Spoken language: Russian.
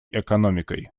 экономикой